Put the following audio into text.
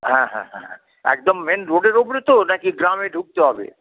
হ্যাঁ হ্যাঁ হ্যাঁ হ্যাঁ একদম মেইন রোডের উপরে তো না কি গ্রামে ঢুকতে হবে